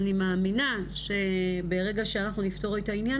אני מאמינה שברגע שאנחנו נפתור את העניין